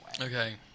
Okay